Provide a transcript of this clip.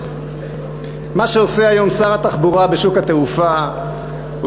מה שעושה היום שר התחבורה בשוק התעופה הוא